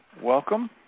welcome